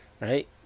Right